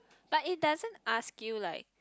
but it doesn't ask you like